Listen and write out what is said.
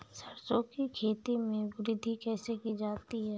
सरसो की खेती में वृद्धि कैसे की जाती है?